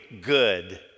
good